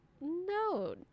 no